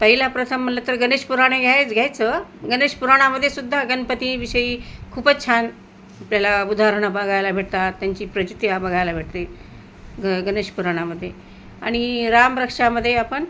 पहिलाप्रथम म्हटलं तर गणेश पुुराणे हे घ्यायचं गणेश पुुराणामध्ये सुुद्धा गणपतीविषयी खूपच छान आपल्याला उदाहरणं बघायला भेटतात त्यांची प्रचीती ह्या बघायला भेटते ग गणेश पुुराणामध्ये आणि रामरक्षामध्ये आपण